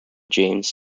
james